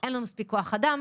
אין לנו מספיק כוח אדם,